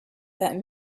that